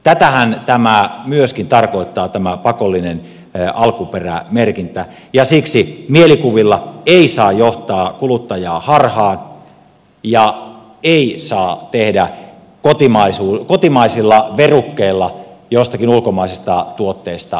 tätähän myöskin tarkoittaa tämä pakollinen alkuperämerkintä ja siksi mielikuvilla ei saa johtaa kuluttajaa harhaan ja ei saa tehdä kotimaisilla verukkeilla joistakin ulkomaisista tuotteista kotimaisia